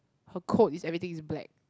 her coat is everything is black